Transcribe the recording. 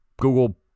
Google